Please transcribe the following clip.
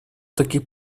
таких